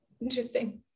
Interesting